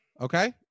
okay